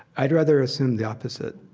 i'd rather assume the opposite.